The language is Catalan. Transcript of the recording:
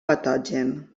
patogen